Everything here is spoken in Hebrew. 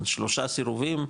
שלושה סירובים,